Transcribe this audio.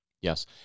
Yes